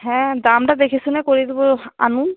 হ্যাঁ দামটা দেখে শুনে করিয়ে দেবো আনুন